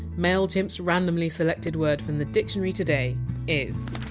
mailchimp! s randomly selected word from the dictionary today is.